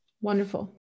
Wonderful